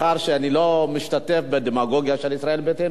מאחר שאני לא משתתף בדמגוגיה של ישראל ביתנו,